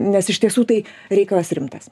nes iš tiesų tai reikalas rimtas